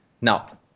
Now